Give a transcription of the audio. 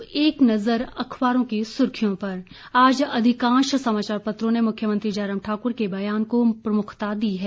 अब एक नजर अखबारों की सुर्खियों पर आज अधिकांश समाचार पत्रों ने मुख्यमंत्री जयराम ठाकुर के बयान को प्रमुखता दी है